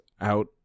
out